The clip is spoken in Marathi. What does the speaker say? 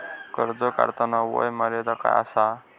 कर्ज काढताना वय मर्यादा काय आसा?